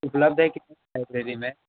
उपलब्ध है कि लाइब्रेरी में